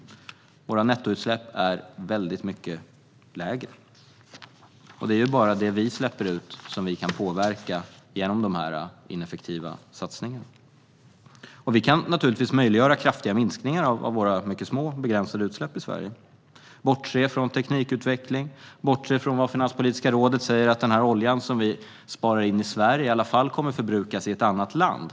Våra nettoutsläpp är väldigt mycket lägre. Och det är ju bara det vi själva släpper ut som vi kan påverka genom dessa - ineffektiva - satsningar. Vi kan naturligtvis möjliggöra kraftiga minskningar av våra mycket små och begränsade utsläpp i Sverige. Vi kan bortse från teknikutveckling. Vi kan bortse från vad Finanspolitiska rådet säger om att den olja som vi sparar in i Sverige i alla fall kommer att förbrukas i ett annat land.